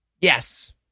yes